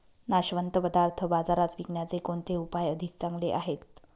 नाशवंत पदार्थ बाजारात विकण्याचे कोणते उपाय अधिक चांगले आहेत?